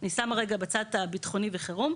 אני שמה רגע בצד את הביטחוני וחירום,